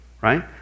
Right